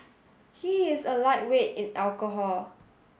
he is a lightweight in alcohol